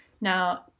Now